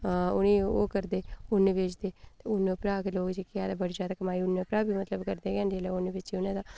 उ'नें गी ओह् करदे उन्न बेचदे ते उन्नै उप्परा गै लोक जेह्के है ते बड़ी जैदा कमाई उन्नै उप्परा बी मतलब करदे गै न जेल्लै उन्न बेची उनें तां